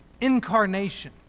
incarnation